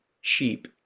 sheep